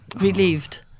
Relieved